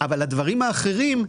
אבל הדברים האחרים,